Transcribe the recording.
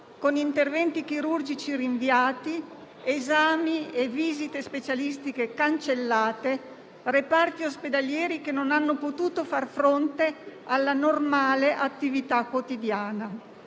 con interventi chirurgici rinviati, esami e visite specialistiche cancellati, reparti ospedalieri che non hanno potuto far fronte alla normale attività quotidiana.